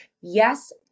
Yes